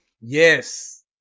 Yes